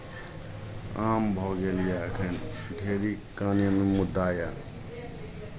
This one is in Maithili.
आम भऽ गेल यए एखन ढेरी कानूनी मुद्दा यए